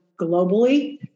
globally